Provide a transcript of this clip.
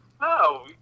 No